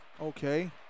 Okay